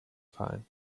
fine